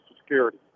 Security